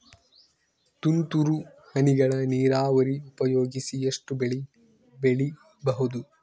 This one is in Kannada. ತುಂತುರು ಹನಿಗಳ ನೀರಾವರಿ ಉಪಯೋಗಿಸಿ ಎಷ್ಟು ಬೆಳಿ ಬೆಳಿಬಹುದು?